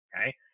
Okay